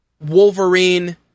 Wolverine